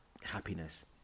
happiness